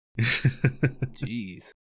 Jeez